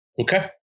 Okay